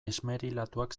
esmerilatuak